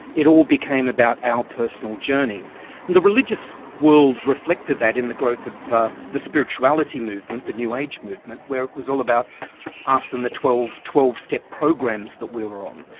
it all became about our personal journey. and the religious world reflected that in the growth of the spirituality movement, the new-age movement, where it was all about us and the twelve twelve step programs that we were on.